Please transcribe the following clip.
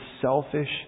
selfish